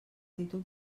títol